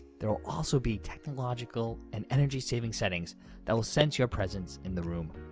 there will also be technological and energy-saving settings that will sense your presence in the room.